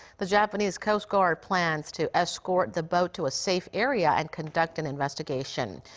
the japanese coastguard plans to escort the boat to a safe area and conduct an investigation.